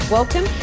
Welcome